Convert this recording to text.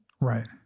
Right